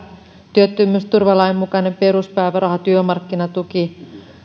työttömyysturvalain mukainen peruspäiväraha työmarkkinatuki